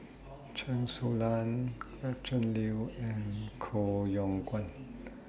Chen Su Lan Gretchen Liu and Koh Yong Guan